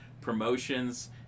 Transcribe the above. promotions